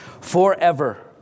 forever